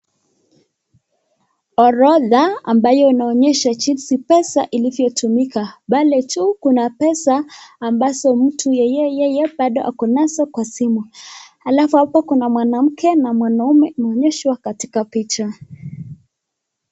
Orodha ambayo inaonyesha jinzi pesa ilivyo tumika, pale juu kuna pesa ambazo mtu yeye bado akonazo kwa simu. Alafu hapo kuna mwana mke na mwanaume ameonyeshwa katika picha.